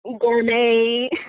gourmet